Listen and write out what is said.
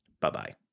Bye-bye